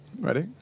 Ready